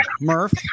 Murph